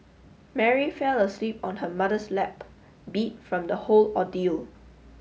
Mary fell asleep on her mother's lap beat from the whole ordeal